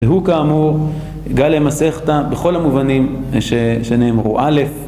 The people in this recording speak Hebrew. והוא כאמור, גלי מסכתא בכל המובנים שנאמרו א',